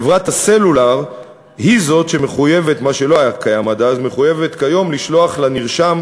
חברת הסלולר היא זאת שמחויבת כיום לשלוח לנרשם